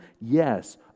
Yes